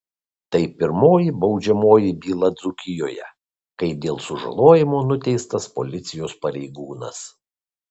tai pirmoji baudžiamoji byla dzūkijoje kai dėl sužalojimo nuteistas policijos pareigūnas